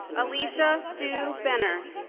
alycia sue benner